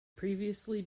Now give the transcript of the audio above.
previously